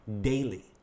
daily